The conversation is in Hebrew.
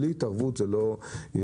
בלי התערבות זה לא ילך,